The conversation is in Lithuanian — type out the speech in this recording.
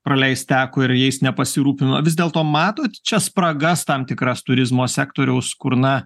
praleist teko ir jais nepasirūpino vis dėlto matot čia spragas tam tikras turizmo sektoriaus kur na